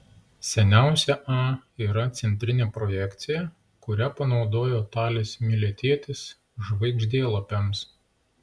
seniausia a yra centrinė projekcija kurią panaudojo talis miletietis žvaigždėlapiams